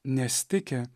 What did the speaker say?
nes tiki